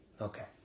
Okay